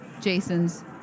Jason's